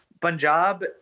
Punjab